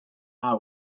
now